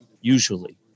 Usually